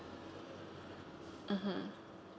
mmhmm